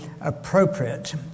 appropriate